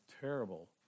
terrible